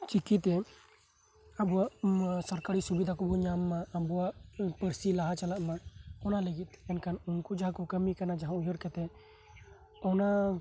ᱪᱤᱠᱤ ᱛᱮ ᱥᱚᱨᱠᱟᱨᱤ ᱥᱩᱵᱤᱫᱷᱟ ᱠᱚᱵᱚ ᱧᱟᱢ ᱢᱟ ᱟᱵᱚᱣᱟᱜ ᱯᱟᱹᱨᱥᱤ ᱞᱟᱦᱟ ᱪᱟᱞᱟᱜ ᱢᱟ ᱚᱱᱟ ᱞᱟᱹᱜᱤᱫ ᱛᱮ ᱮᱱᱠᱷᱟᱱ ᱩᱱᱠᱩ ᱡᱟᱦᱟᱸ ᱠᱚ ᱠᱟᱹᱢᱤ ᱠᱟᱱᱟ ᱡᱟᱦᱟᱸ ᱩᱭᱦᱟᱹᱨ ᱠᱟᱛᱮ ᱚᱱᱟ